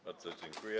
Bardzo dziękuję.